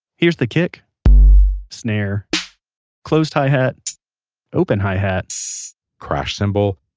here's the kick snare closed hi hat open hi hat crash cymbal